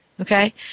Okay